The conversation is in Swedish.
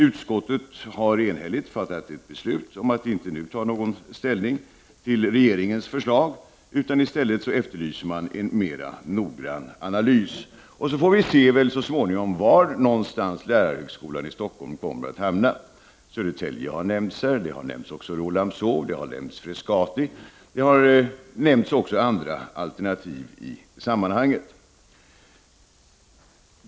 Utskottet har enhälligt fattat ett beslut om att inte nu ta ställning till regeringens förslag, utan efterlyser i stället en mera noggrann analys. Så småningom får vi se var lärarhögskolan i Stockholm kommer att hamna. Södertälje har nämnts, liksom Rålambshov, Frescati och andra alternativ.